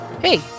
Hey